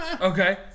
Okay